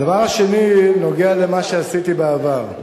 הדבר השני נוגע למה שעשיתי בעבר.